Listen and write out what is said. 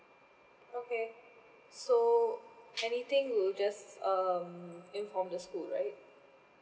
okay so anything we would just um inform the school right